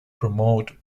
promoted